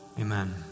Amen